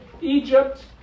Egypt